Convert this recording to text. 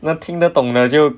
能听得懂的就